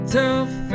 tough